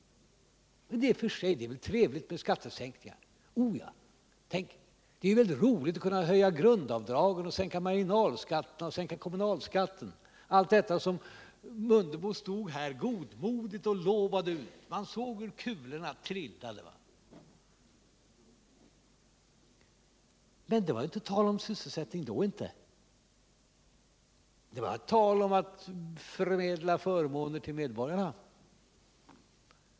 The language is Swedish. Det är väl i och för sig trevligt med sådana, och det är väldigt roligt att kunna höja grundavdragen, sänka marginalskatterna och höja kommunalskatten. Allt detta lovade herr Mundebo godmodigt ut. Man såg hur kulorna trillade. Men det var inte tal om sysselsättning då. Det var tal om att förmedla förmåner till medborgarna.